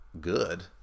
Good